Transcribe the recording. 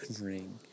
ring